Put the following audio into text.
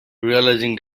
realizing